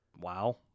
wow